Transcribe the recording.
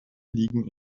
liegen